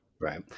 Right